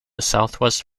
southwest